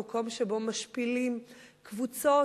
במקום שבו משפילים קבוצות,